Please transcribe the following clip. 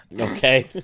Okay